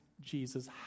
Jesus